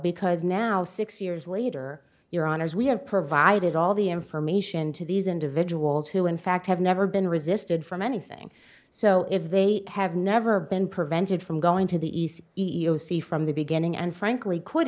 because now six years later your honour's we have provided all the information to these individuals who in fact have never been resisted from anything so if they have never been prevented from going to the e c see from the beginning and frankly could